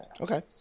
Okay